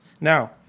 Now